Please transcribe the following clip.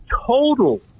total